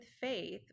faith